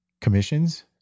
commissions